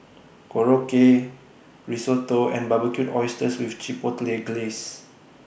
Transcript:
Korokke Risotto and Barbecued Oysters with Chipotle Glaze